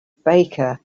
baker